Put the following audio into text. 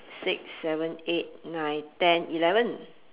six seven eight nine ten eleven